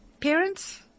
parents